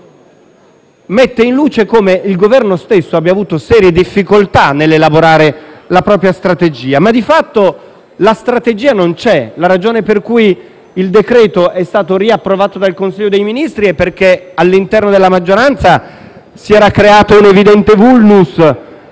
due volte evidenzia come il Governo stesso abbia avuto serie difficoltà nell'elaborare la propria strategia ma di fatto la strategia non c'è. La ragione per cui è stato riapprovato dal Consiglio dei ministri è perché all'interno della maggioranza si era creato un evidente *vulnus*